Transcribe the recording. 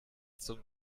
zum